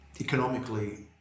Economically